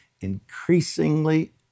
increasingly